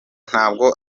ntabwo